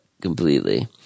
completely